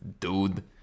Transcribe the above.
dude